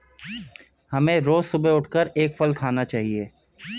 हमें रोज सुबह उठकर एक फल खाना चाहिए